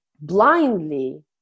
blindly